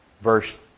verse